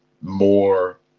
more